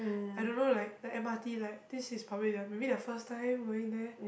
I don't know like the M_R_T like this is probably the maybe their first time going there